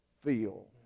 feel